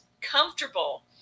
comfortable